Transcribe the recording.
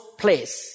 place